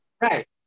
Right